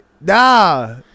Nah